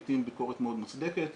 לעתים ביקורת מאוד מוצדקת,